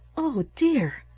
oh dear!